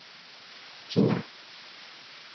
ᱪᱤᱱᱟ